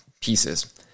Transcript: pieces